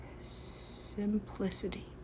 simplicity